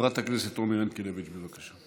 חברת הכנסת עומר ינקלביץ', בבקשה.